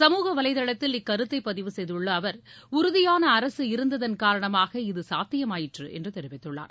சமூக வலை தளத்தில் இக்கருத்தை பதிவு செய்துள்ள அவர் உறுதியான அரசு இருந்ததன் காரணமாக இது சாத்தியமாயிற்று என்று தெரிவித்துள்ளார்